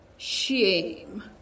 Shame